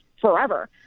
forever